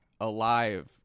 alive